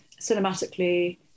cinematically